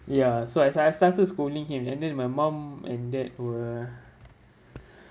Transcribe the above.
ya so as I started scolding him and then my mom and dad were